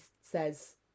says